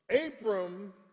Abram